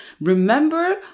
remember